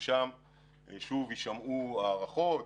ששם שוב יישמעו הערכות.